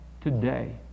today